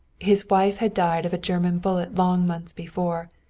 his wife had died of a german bullet long months before,